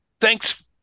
Thanks